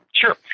Sure